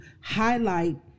highlight